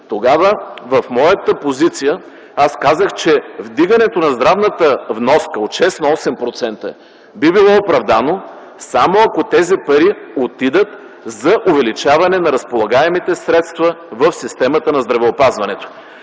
Тогава в моята позиция аз казах, че вдигането на здравната вноска от 6 до 8% би било оправдано, само ако тези пари отидат за увеличаване на разполагаемите средства в системата на здравеопазването.